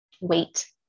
wait